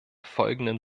folgenden